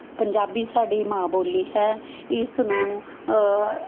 ਪੰਜਾਬੀ ਸਾਡੀ ਮਾਂ ਬੋਲੀ ਹੈ ਇਸ ਨੂੰ ਇਸ ਨੂੰ